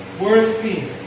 worthy